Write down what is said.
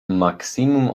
maksimum